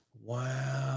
Wow